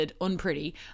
Unpretty